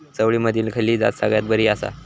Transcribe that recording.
चवळीमधली खयली जात सगळ्यात बरी आसा?